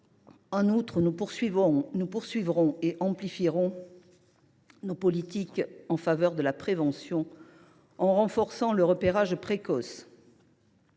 En outre, nous poursuivrons et amplifierons nos politiques en faveur de la prévention, en renforçant le repérage précoce.